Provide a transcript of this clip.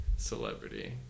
Celebrity